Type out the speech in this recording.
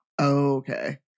Okay